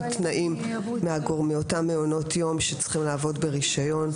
תנאים מאותם מעונות יום שצריכים לעבוד ברישיון,